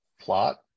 plot